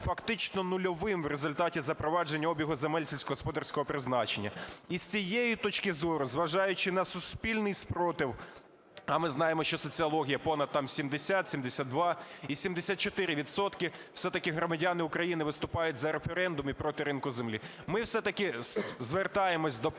фактично нульовим в результаті запровадження обігу земель сільськогосподарського призначення. І з цієї точки зору, зважаючи на суспільний супротив, а ми знаємо, що соціологія понад там 70-72 і 74 відсотки все-таки громадяни України виступають за референдум і проти ринку землі, ми все-таки звертаємося до